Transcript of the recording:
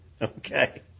Okay